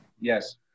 Yes